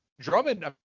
Drummond